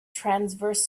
transverse